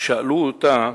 שאלו אותה: